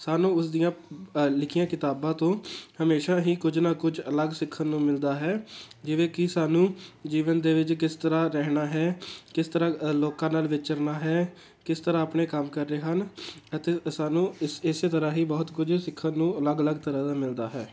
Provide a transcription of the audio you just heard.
ਸਾਨੂੰ ਉਸ ਦੀਆਂ ਲਿਖੀਆਂ ਕਿਤਾਬਾਂ ਤੋਂ ਹਮੇਸ਼ਾਂ ਹੀ ਕੁਝ ਨਾ ਕੁਝ ਅਲੱਗ ਸਿੱਖਣ ਨੂੰ ਮਿਲਦਾ ਹੈ ਜਿਵੇਂ ਕਿ ਸਾਨੂੰ ਜੀਵਨ ਦੇ ਵਿੱਚ ਕਿਸ ਤਰ੍ਹਾਂ ਰਹਿਣਾ ਹੈ ਕਿਸ ਤਰ੍ਹਾਂ ਲੋਕਾਂ ਨਾਲ਼ ਵਿਚਰਨਾ ਹੈ ਕਿਸ ਤਰ੍ਹਾਂ ਆਪਣੇ ਕੰਮ ਕਰਨੇ ਹਨ ਅਤੇ ਸਾਨੂੰ ਇਸੇ ਤਰ੍ਹਾਂ ਹੀ ਬਹੁਤ ਕੁਝ ਸਿੱਖਣ ਨੂੰ ਅਲੱਗ ਅਲੱਗ ਤਰ੍ਹਾਂ ਦਾ ਮਿਲਦਾ ਹੈ